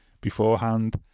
beforehand